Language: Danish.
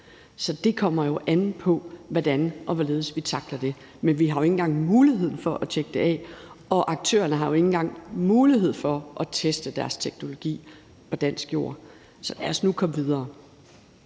Så det kommer jo an på, hvordan og hvorledes vi tackler det. Men vi har jo ikke engang muligheden for at tjekke det af, og aktørerne har ikke engang mulighed for at teste deres teknologi på dansk jord. Så lad os nu komme videre.